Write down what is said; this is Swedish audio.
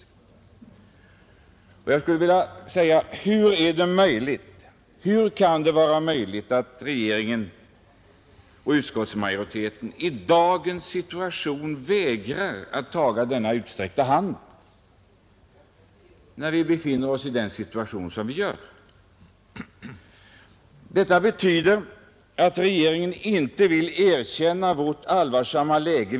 Hur är det möjligt att regeringen och utskottsmajoriteten vägrar att ta denna utsträckta hand när vi befinner oss i en situation som den i dag? Det betyder att regeringen inte vill erkänna vårt allvarsamma läge.